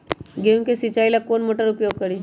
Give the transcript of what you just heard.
गेंहू के सिंचाई ला कौन मोटर उपयोग करी?